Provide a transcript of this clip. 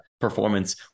performance